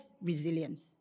resilience